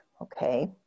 okay